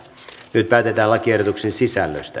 nyt päätetään lakiehdotuksen sisällöstä